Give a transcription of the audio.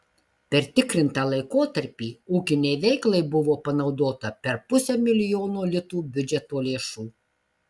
per tikrintą laikotarpį ūkinei veiklai buvo panaudota per pusę milijono litų biudžeto lėšų